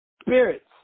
spirits